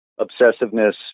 obsessiveness